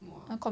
!wah!